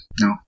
no